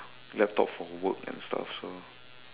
laptop for work and stuff so